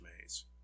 maze